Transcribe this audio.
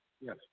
Yes